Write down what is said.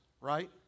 right